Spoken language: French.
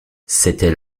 c’était